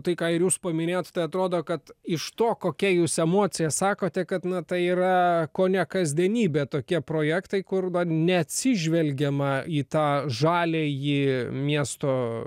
tai ką ir jūs paminėjot atrodo kad iš to kokia jūs emocija sakote kad na tai yra kone kasdienybė tokie projektai kur neatsižvelgiama į tą žaliąjį miesto